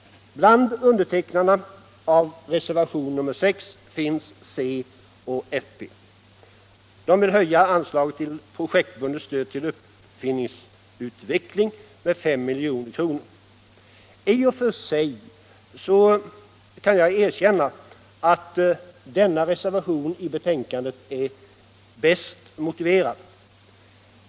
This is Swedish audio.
Bland undertecknarna av reservationen 6 finns c och fp, som vill höja anslaget till projektbundet stöd till uppfinningsutveckling med 5 milj.kr. I och för sig kan jag erkänna att denna reservation är bäst motiverad.